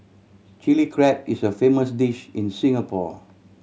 Chilli Crab is a famous dish in Singapore